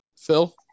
Phil